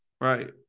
right